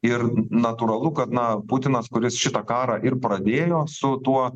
ir natūralu kad na putinas kuris šitą karą ir pradėjo su tuo